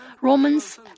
Romans